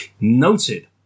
noted